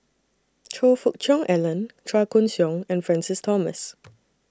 Choe Fook Cheong Alan Chua Koon Siong and Francis Thomas